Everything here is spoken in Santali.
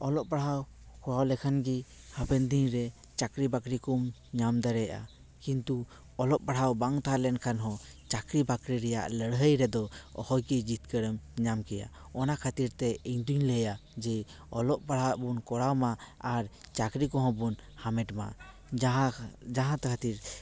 ᱚᱞᱚᱜᱼᱯᱟᱲᱦᱟᱣ ᱦᱚ ᱦᱚ ᱞᱮᱠᱷᱟᱱ ᱜᱮ ᱦᱟᱯᱮᱱ ᱫᱤᱱ ᱨᱮ ᱪᱟᱹᱠᱨᱤ ᱵᱟᱹᱠᱨᱤ ᱠᱚᱢ ᱧᱟᱢ ᱫᱟᱲᱮᱭᱟᱜᱼᱟ ᱠᱤᱱᱛᱩ ᱚᱞᱚᱜ ᱯᱟᱲᱦᱟᱣ ᱵᱟᱝ ᱛᱟᱦᱮᱸ ᱞᱮᱱᱠᱷᱟᱱ ᱦᱚᱸ ᱪᱟᱠᱨᱤ ᱵᱟᱠᱨᱤ ᱨᱮᱭᱟᱜ ᱞᱟᱹᱲᱦᱟᱹᱭ ᱨᱮᱫᱚ ᱚᱦᱚᱜᱮ ᱡᱤᱛᱠᱟᱹᱨᱮᱢ ᱧᱟᱢ ᱠᱮᱭᱟ ᱚᱱᱟ ᱠᱷᱟᱹᱛᱤᱨ ᱛᱮ ᱤᱧ ᱫᱩᱧ ᱞᱟᱹᱭᱟ ᱡᱮ ᱚᱞᱚᱜ ᱯᱟᱲᱦᱟᱣ ᱵᱚᱱ ᱠᱚᱨᱟᱣ ᱢᱟ ᱟᱨ ᱪᱟᱠᱨᱤ ᱠᱚᱦᱚᱸ ᱵᱚᱱ ᱦᱟᱢᱮᱴ ᱢᱟ ᱡᱟᱦᱟᱸ ᱡᱟᱦᱟᱱ ᱠᱷᱟᱹᱛᱨᱤᱨ